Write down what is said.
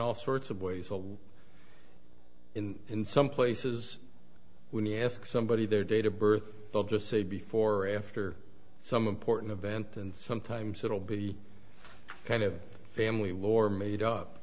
all sorts of ways although in in some places when you ask somebody their data birth they'll just say before or after some important event and sometimes it'll be kind of family lore made